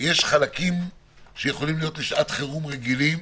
יש חלקים שיכולים לשעת חירום רגילה,